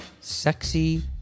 sexy